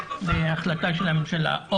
זו החלטה של הממשלה,